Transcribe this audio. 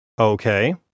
Okay